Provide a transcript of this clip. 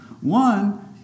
One